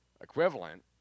equivalent